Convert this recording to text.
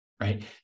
right